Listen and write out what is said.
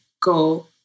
go